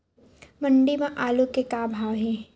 मंडी म आलू के का भाव हे?